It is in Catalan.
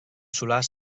solar